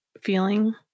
feeling